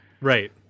Right